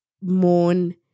mourn